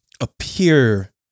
appear